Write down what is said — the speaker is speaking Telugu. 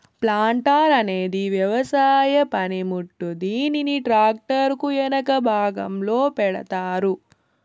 ప్లాంటార్ అనేది వ్యవసాయ పనిముట్టు, దీనిని ట్రాక్టర్ కు ఎనక భాగంలో పెడతారు